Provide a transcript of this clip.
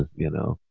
ah you know,